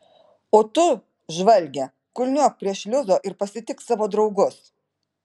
o tu žvalge kulniuok prie šliuzo ir pasitik savo draugus